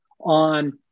on